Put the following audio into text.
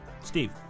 Steve